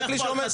זה הכלי שעומד.